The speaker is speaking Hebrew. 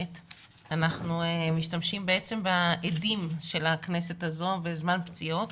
אנחנו משתמשים באדים של הכנסת הזו בזמן פציעות